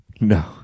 No